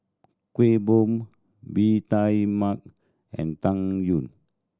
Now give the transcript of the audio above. Kueh Bom Bee Tai Mak and Tang Yuen